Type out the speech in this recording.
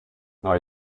are